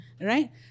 right